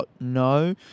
No